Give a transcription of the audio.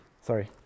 Sorry